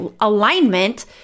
alignment